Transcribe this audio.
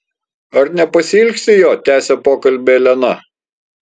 ar nepasiilgsti jo tęsia pokalbį elena